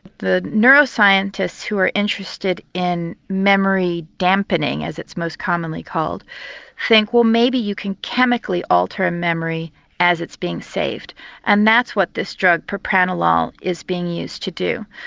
the neuroscientists who are interested in memory dampening as it's most commonly called think well maybe you can chemically alter memory as it's being saved and that's what this drug propranolol is being used to do.